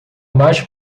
mais